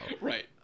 Right